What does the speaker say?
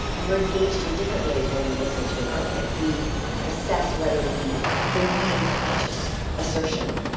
we're engaged in different ways when we listen to an argument. we assess whether we believe each assertion,